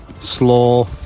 slow